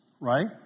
right